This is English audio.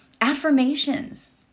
Affirmations